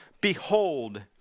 behold